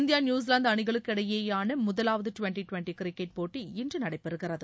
India New Zealand அணிகளுக்கிடையேயான முதலாவது twenty twenty cricket போட்டி இன்று நடைபெறுகிறது